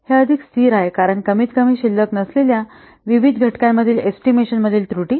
हे अधिक स्थिर आहे कारण कमीतकमी शिल्लक नसलेल्या विविध घटकांमधील एस्टिमेशनातील त्रुटी